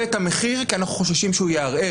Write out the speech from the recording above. את המחיר כי אנחנו חוששים שהוא יערער.